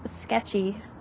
sketchy